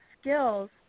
skills